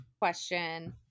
question